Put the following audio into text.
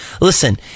Listen